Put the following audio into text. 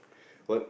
what